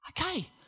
Okay